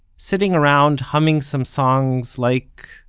sitting around humming some songs like,